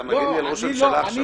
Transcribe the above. אתה מגן על ראש הממשלה עכשיו.